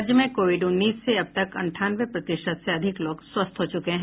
राज्य में कोविड उन्नीस से अब तक अंठानवे प्रतिशत से अधिक लोग स्वस्थ हो चुके हैं